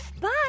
Bye